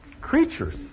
creatures